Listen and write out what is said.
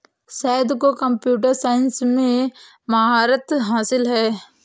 सैयद को computer science में महारत हासिल है